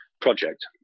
project